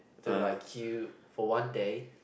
to like kill for one day